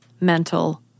mental